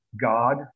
god